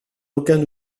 aucun